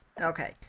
okay